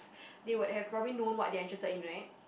they would have probably known what they are interested in right